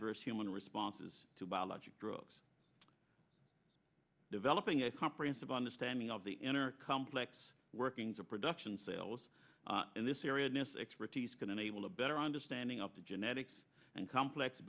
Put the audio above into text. verse human responses to biologic drugs developing a comprehensive understanding of the inner complex workings of production sales in this area this expertise can enable a better understanding of the genetics and complex